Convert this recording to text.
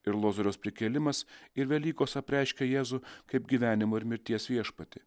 ir lozoriaus prikėlimas ir velykos apreiškė jėzų kaip gyvenimo ir mirties viešpatį